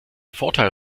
vorteil